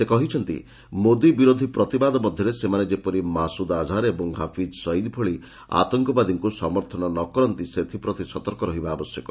ସେ କହିଛନ୍ତି ଯେ ମୋଦି ବିରୋଧୀ ପ୍ରତିବାଦ ମଧ୍ୟରେ ସେମାନେ ଯେପରି ମାସୁଦ୍ ଆଝାର ଓ ହାଫିଜ୍ ସଇଦି ଭଳି ଆତଙ୍କବାଦୀଙ୍କୁ ସମର୍ଥନ ନ କରନ୍ତି ସେଥିପ୍ରତି ସତର୍କ ରହିବା ଆବଶ୍ୟକ